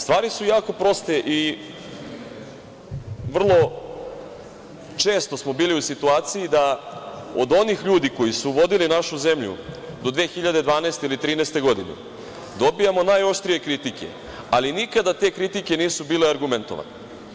Stvari su jako proste i vrlo često smo bili u situaciji da od onih ljudi koji su vodili našu zemlju do 2012. ili 2013. godine dobijamo najoštrije kritike, ali nikada te kritike nisu bile argumentovane.